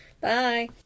Bye